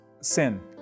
Sin